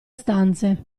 stanze